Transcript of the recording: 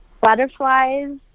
butterflies